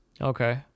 Okay